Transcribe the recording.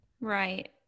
Right